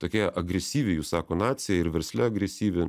tokie agresyvi jūs sako nacija ir versle agresyvi